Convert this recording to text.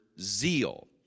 zeal